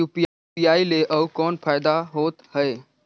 UPI ले अउ कौन फायदा होथ है?